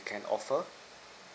can offer